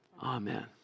Amen